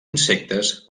insectes